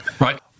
Right